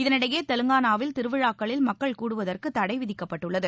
இதனிடையே தெலங்கானாவில் திருவிழாக்களில் மக்கள் கூடுவதற்கு தடை விதிக்கப்பட்டுள்ளது